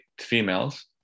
females